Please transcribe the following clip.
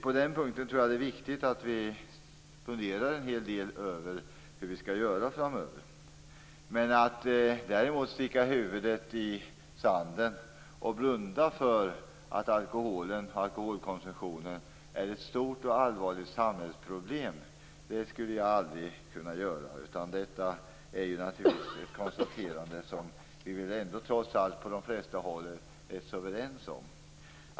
På den punkten tror jag att det är viktigt att vi funderar en hel del över hur vi skall göra framöver. Att däremot sticka huvudet i sanden och blunda för att alkoholkonsumtionen är ett stort och allvarligt samhällsproblem skulle jag aldrig kunna göra. Detta är naturligtvis ett konstaterande som vi trots allt på de flesta håll är överens om.